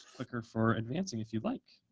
clicker for advancing, if you'd like.